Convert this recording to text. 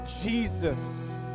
Jesus